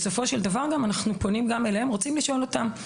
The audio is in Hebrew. בסופו של דבר אנחנו פונים גם אליהם ורוצים לשאול אותם.